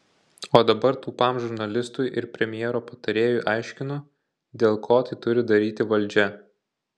o dabar tūpam žurnalistui ir premjero patarėjui aiškinu dėl ko tai turi daryti valdžia